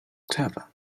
clever